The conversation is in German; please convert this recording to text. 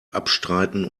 abstreiten